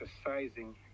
exercising